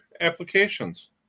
applications